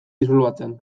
disolbatzen